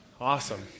Awesome